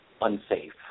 unsafe